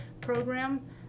program